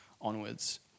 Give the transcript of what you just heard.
onwards